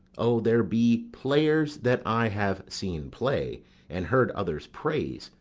o, there be players that i have seen play and heard others praise,